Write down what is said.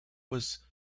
was